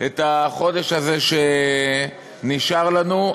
במשך החודש הזה שנשאר לנו.